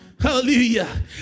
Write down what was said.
Hallelujah